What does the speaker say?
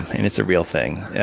and it's a real thing. yeah